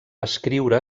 escriure